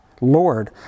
Lord